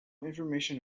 information